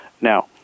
Now